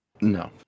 no